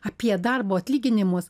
apie darbo atlyginimus